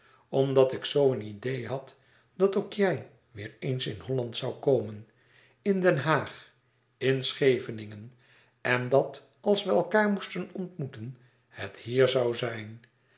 omdat ik zoo een idee had dat ook jij weêr eens in holland zoû komen in den haag in scheveningen en dat als we elkaâr moesten ontmoeten het hier zoû zijn